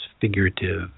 figurative